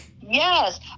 yes